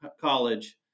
college